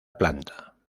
planta